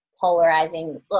polarizing